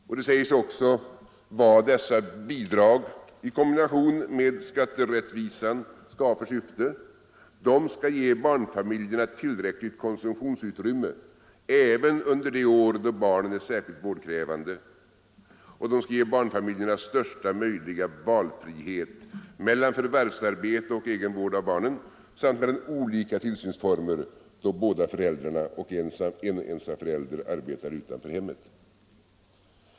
Och det sägs också vad dessa bidrag i kombination med skatterättvisan skall ha för syfte: de skall ge barnfamiljerna tillräckligt konsumtionsutrymme även under de år då barnen är särskilt vårdkrävande. Och de skall ge barnfamiljerna största möjliga valfrihet mellan förvärvsarbete och egen vård av barnen samt mellan olika tillsynsformer då båda föräldrarna eller en ensam förälder arbetar utanför hemmet.